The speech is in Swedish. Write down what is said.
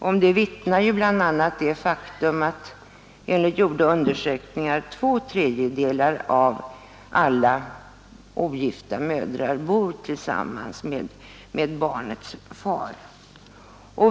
Om detta vittnar bl.a. det faktum att enligt gjorda undersökningar två tredjedelar av alla ogifta mödrar bor tillsammans med barnets far.